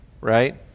right